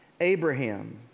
Abraham